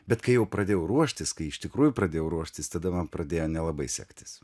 bet kai jau pradėjau ruoštis kai iš tikrųjų pradėjau ruoštis tada man pradėjo nelabai sektis